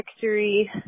victory